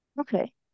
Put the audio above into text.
Okay